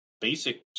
Basic